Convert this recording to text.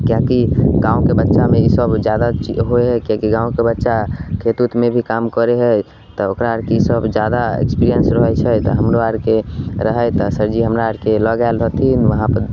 किएककि गाँव के बच्चा मे ई सभ जादा होइ छै किएककि गाँवके बच्चा खेत उतमे भी काम करय हइ तऽ ओकरा आरके ई सभ जादा एक्सपिरियेंस रहय छै तऽ हमरो आरके रहय तऽ सरजी हमरा आरके लऽ गेल रहथिन उहाँपर